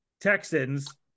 Texans